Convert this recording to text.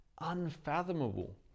unfathomable